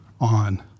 on